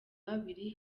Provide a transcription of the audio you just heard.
babiri